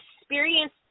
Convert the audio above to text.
experience